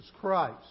Christ